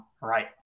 Right